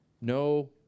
no